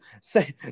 say